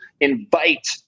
invite